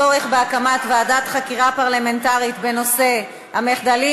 הצורך בהקמת ועדת חקירה פרלמנטרית בנושא המחדלים